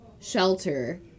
shelter